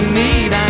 need